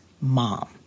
mom